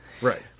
Right